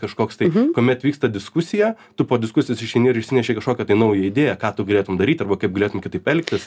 kažkoks tai kuomet vyksta diskusija tu po diskusijos išeini ir išsinešei kažkokią tai naują idėją ką tu galėtum daryti arba kaip galėtum kitaip elgtis